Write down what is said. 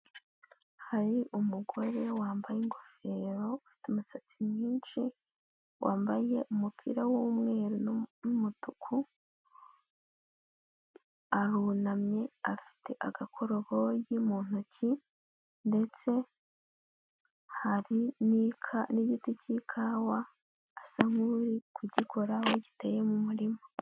Hari umugore wambaye ingofero ufite umusatsi mwinshi, wambaye umupira w'umweru n'umutuku arunamye afite agakoroboyi mu ntoki ndetse hari n'ika n'igiti cy'ikawa asa nkuri kugikora giteye mu muririma.